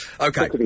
Okay